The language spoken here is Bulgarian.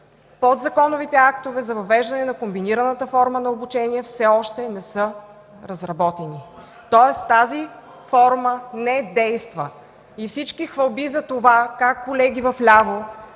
подзаконовите актове за въвеждане на комбинираната форма на обучение все още не са разработени. Тоест, тази форма не действа. Всички хвалби за това как, колеги в ляво,